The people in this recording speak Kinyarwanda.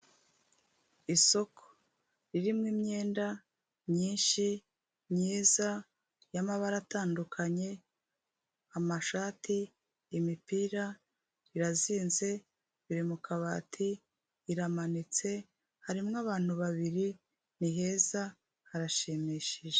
Isoko ririmo imyenda myinshi myiza y'amabara atandukanye, amashati, imipira, irazinze biri mu kabati iramanitse, harimo abantu babiri niheza harashimishije.